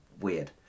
weird